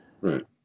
Right